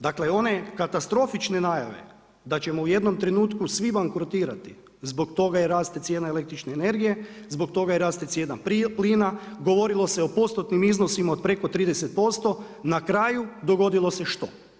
Dakle, one katastrofične najave da ćemo u jednom trenutku svi bankrotirati, zbog toga i raste cijena električne energije, zbog toga i raste cijena plina, govorilo se o postotnom iznosima od preko 30%, na kraju dogodilo što?